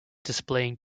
displaying